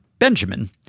Benjamin